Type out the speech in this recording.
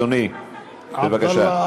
אדוני, בבקשה.